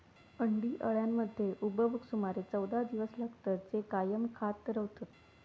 अंडी अळ्यांमध्ये उबवूक सुमारे चौदा दिवस लागतत, जे कायम खात रवतत